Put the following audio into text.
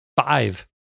five